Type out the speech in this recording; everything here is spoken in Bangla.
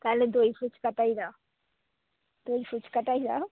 তাহলে দই ফুচকাটাই দাও দই ফুচকাটাই দাও